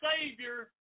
Savior